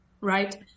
right